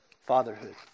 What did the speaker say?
fatherhood